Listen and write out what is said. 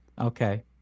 Okay